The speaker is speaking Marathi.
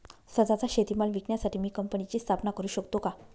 स्वत:चा शेतीमाल विकण्यासाठी मी कंपनीची स्थापना करु शकतो का?